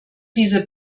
dieser